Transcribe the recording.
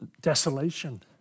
desolation